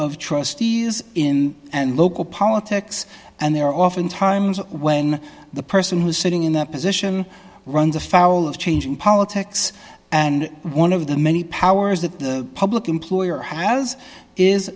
of trustees in local politics and there are often times when the person who's sitting in that position runs afoul of changing politics and one of the many powers that public employer has is